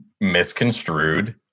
misconstrued